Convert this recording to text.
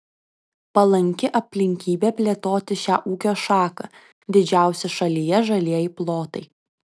palanki aplinkybė plėtoti šią ūkio šaką didžiausi šalyje žalieji plotai